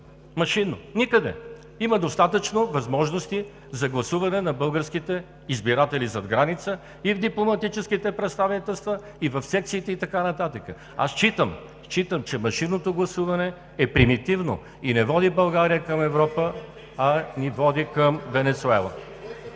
машинно? Никъде! Има достатъчно възможности за гласуване на българските избиратели зад граница – и в дипломатическите представителства, и в секциите, и така нататък. Аз считам, че машинното гласуване е примитивно (реплики от ДПС: „Секциите, секциите!“), и не води България към Европа, а ни води към Венецуела.